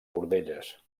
cordelles